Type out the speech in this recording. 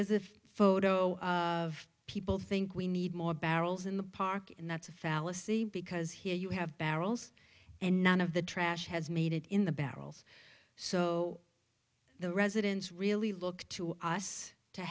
here's a photo of people think we need more barrels in the park and that's a fallacy because here you have barrels and none of the trash has made it in the barrels so the residents really look to us to